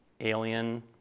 alien